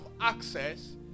access